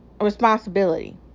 responsibility